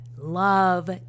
love